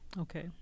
Okay